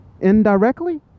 indirectly